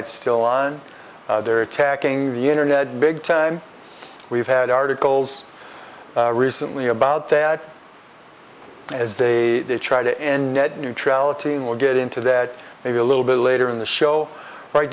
it's still on there attacking the internet big time we've had articles recently about that as they try to end net neutrality or get into that maybe a little bit later in the show right